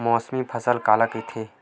मौसमी फसल काला कइथे?